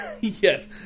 Yes